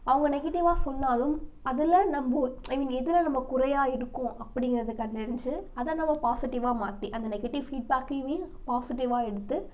அவங்க நெகட்டிவாக சொன்னாலும் அதில் நம்ப ஐ மீன் எதில் நம்ம குறையாக இருக்கோம் அப்படிங்கிறதை கண்டறிஞ்சு அதை நம்ப பாசிட்டிவாக மாற்றி அந்த நெகட்டிவ் ஃபீட்பேக்கையுமே பாசிட்டிவாக எடுத்து